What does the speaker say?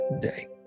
day